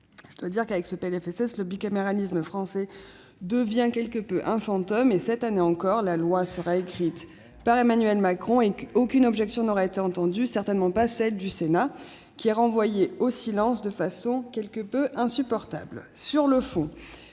nationale. Avec ce PLFSS, le bicamérisme français devient un fantôme. Cette année encore, la loi sera écrite par Emmanuel Macron et aucune objection n'aura été entendue, certainement pas celles du Sénat, renvoyé au silence de façon quelque peu insupportable. Sur le fond,